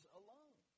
alone